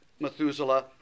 Methuselah